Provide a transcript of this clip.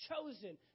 chosen